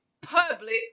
public